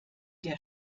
der